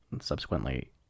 subsequently